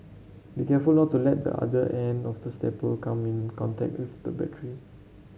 be careful not to let the other end of the staple come in contact with the battery